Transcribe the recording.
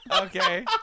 Okay